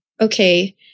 okay